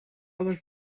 was